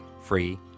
free